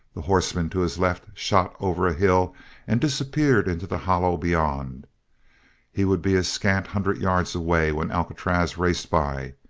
the horseman to his left shot over a hill and disappeared into the hollow beyond he would be a scant hundred yards away when alcatraz raced by,